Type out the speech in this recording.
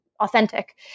authentic